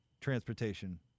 transportation